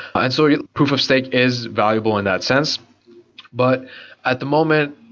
and so yeah proof of stake is valuable in that sense but at the moment,